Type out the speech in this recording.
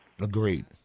agreed